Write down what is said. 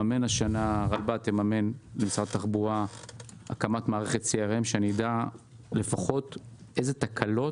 הרלב"ד יממן למשרד התחבורה הקמת מערכת CRM כדי שנדע לפחות איזה תקלות